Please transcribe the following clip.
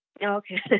Okay